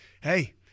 hey